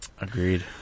Agreed